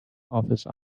office